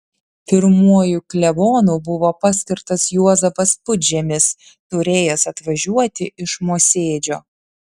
pirmuoju klebonu buvo paskirtas juozapas pudžemis turėjęs atvažiuoti iš mosėdžio